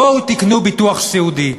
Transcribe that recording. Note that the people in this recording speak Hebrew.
בואו תקנו ביטוח סיעודי.